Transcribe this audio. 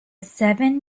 seven